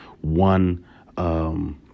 one